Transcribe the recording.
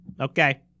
Okay